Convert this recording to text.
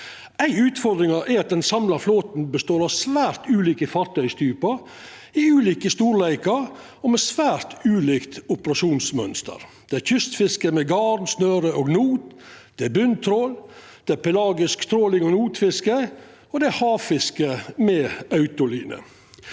av utfordringane er at den samla flåten består av svært ulike fartøytypar i ulike storleikar og med svært ulikt operasjonsmønster. Det er kystfiske med garn, snøre og not, det er botntrål, pelagisk trål og notfiske, og det er havfiske med autoline.